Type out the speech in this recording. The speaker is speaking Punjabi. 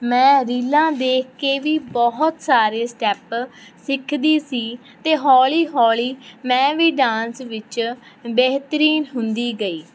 ਮੈਂ ਰੀਲਾਂ ਵੇਖ ਕੇ ਵੀ ਬਹੁਤ ਸਾਰੇ ਸਟੈਪ ਸਿੱਖਦੀ ਸੀ ਅਤੇ ਹੌਲੀ ਹੌਲੀ ਮੈਂ ਵੀ ਡਾਂਸ ਵਿੱਚ ਬਿਹਤਰੀਨ ਹੁੰਦੀ ਗਈ